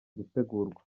gutegurwa